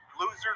Loser